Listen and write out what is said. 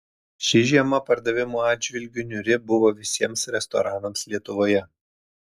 ši žiema pardavimų atžvilgiu niūri buvo visiems restoranams lietuvoje